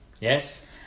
Yes